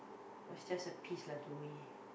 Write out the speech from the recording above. was just a peace lah to me